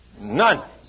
None